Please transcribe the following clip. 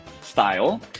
style